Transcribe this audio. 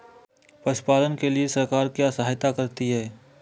पशु पालन के लिए सरकार क्या सहायता करती है?